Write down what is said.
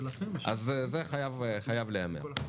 זה חייב להיאמר.